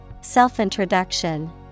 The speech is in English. Self-introduction